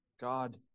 God